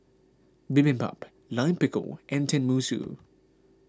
Bibimbap Lime Pickle and Tenmusu